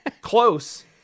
Close